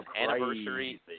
anniversary